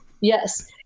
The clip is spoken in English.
Yes